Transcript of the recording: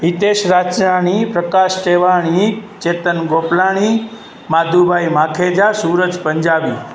Hitesh Rajrani Prakash Tewani Chetan Gopalani Madhubhai Makhija Suraj Punjabi